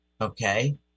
Okay